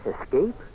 Escape